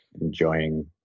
enjoying